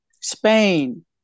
Spain